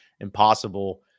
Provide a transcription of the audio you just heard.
impossible